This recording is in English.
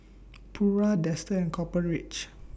Pura Dester and Copper Ridge